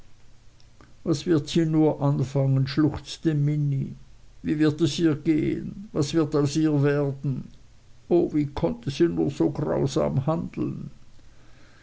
was wird sie nur anfangen schluchzte minnie wie wird es ihr gehen was wird aus ihr werden o wie konnte sie nur so grausam handeln